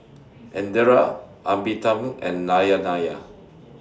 Indira Amitabh and Nayanaya